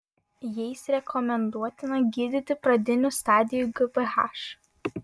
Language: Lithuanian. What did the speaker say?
jais rekomenduotina gydyti pradinių stadijų gph